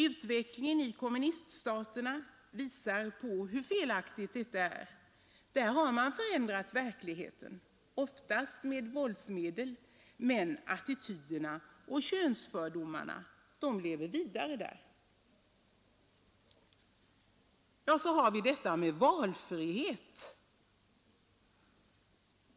Utvecklingen i kommuniststaterna visar hur felaktigt detta är. Där har man förändrat verkligheten — oftast med våldsmedel — men attityderna och könsfördomarna lever vidare. Så har vi detta med valfrihet.